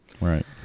Right